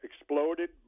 exploded